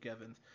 Evans